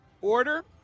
order